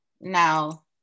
Now